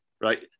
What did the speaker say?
right